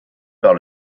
par